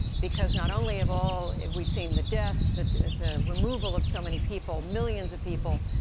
because not only have all have we seen the deaths, the the removal of so many people, millions of people,